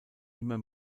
immer